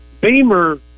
Beamer